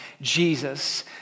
Jesus